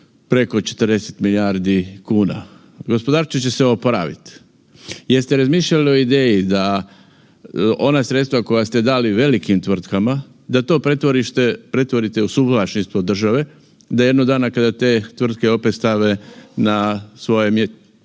preko 40 milijardi kuna. Gospodarstvo će se oporaviti. Jeste li razmišljali o ideji ona sredstva koja ste dali velikim tvrtkama da to pretvorite u suvlasništvo države, da jednog dana kada te tvrtke opet stave na svoje mjesto